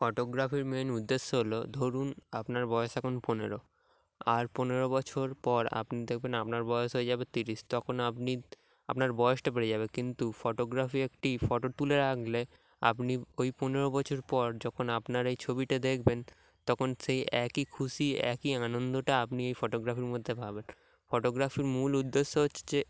ফটোগ্রাফির মেন উদ্দেশ্য হল ধরুন আপনার বয়স এখন পনেরো আর পনেরো বছর পর আপনি দেখবেন আপনার বয়স হয়ে যাবে তিরিশ তখন আপনি আপনার বয়সটা বেড়ে যাবে কিন্তু ফটোগ্রাফি একটি ফটো তুলে রাখলে আপনি ওই পনেরো বছর পর যখন আপনার এই ছবিটা দেখবেন তখন সেই একই খুশি একই আনন্দটা আপনি এই ফটোগ্রাফির মধ্যে পাবেন ফটোগ্রাফির মূল উদ্দেশ্য হচ্ছে